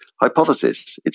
hypothesis